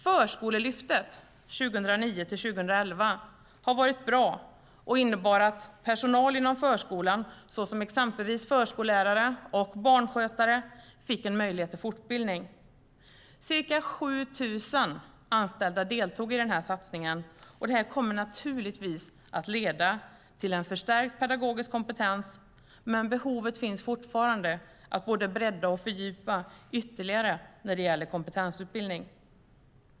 Förskolelyftet 2009-2011 var bra och innebar att personal inom förskolan, exempelvis förskollärare och barnskötare, fick möjlighet till fortbildning. Ca 7 000 anställda deltog i den satsningen. Det kommer naturligtvis att leda till en förstärkt pedagogisk kompetens, men fortfarande finns behovet att både bredda och fördjupa ytterligare när det gäller kompetensutbildning.